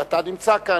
ואתה נמצא כאן,